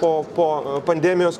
po po pandemijos